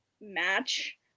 match